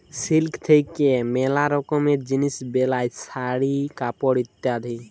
silk থাক্যে ম্যালা রকমের জিলিস বেলায় শাড়ি, কাপড় ইত্যাদি